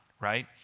right